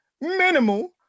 minimal